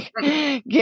get